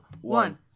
one